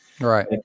right